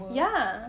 ya